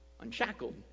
unshackled